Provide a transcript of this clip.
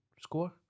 score